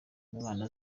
umwana